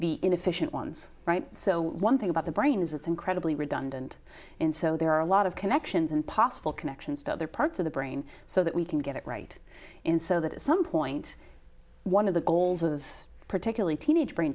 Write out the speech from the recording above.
the inefficient ones right so one thing about the brain is it's incredibly redundant and so there are a lot of connections and possible connections to other parts of the brain so that we can get it right in so that at some point one of the goals of particularly teenage brain